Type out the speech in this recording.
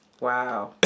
wow